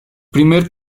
primer